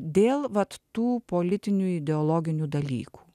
dėl vat tų politinių ideologinių dalykų